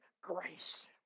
grace